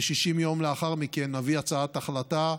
ו-60 יום לאחר מכן נביא הצעת החלטה שתמומש.